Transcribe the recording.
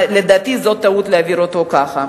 לדעתי זאת טעות להעביר אותו כך.